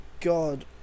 god